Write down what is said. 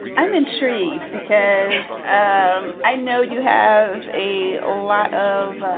i'm intrigued because um i know you have a lot of,